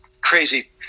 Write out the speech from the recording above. crazy